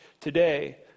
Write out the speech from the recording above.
today